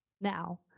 Now